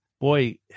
boy